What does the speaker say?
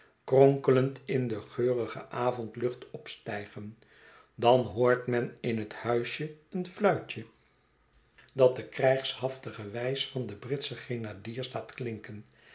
kronkelend in de geurige avondlucht opstijgen dan hoort men in het huisje een fluitje dat de krijgshaftige wijs van de britsche grenadiers laat klinken